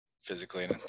Physically